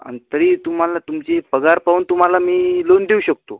आणि तरी तुम्हाला तुमची पगार पाहून तुम्हाला मी लोन देऊ शकतो